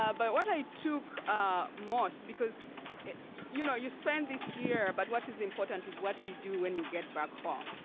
ah but what i took ah most. because you know you spend this year, but what is important is what you do when you get back home,